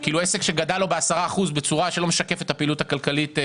שכאילו עסק שגדל לא ב-10 אחוזים בצורה שלא משקפת את הפעילות הכלכלית.